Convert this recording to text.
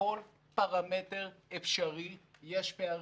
בכל פרמטר אפשרי יש פערים: